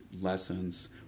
lessons